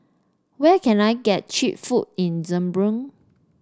where can I get cheap food in Zagreb